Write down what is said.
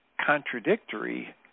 contradictory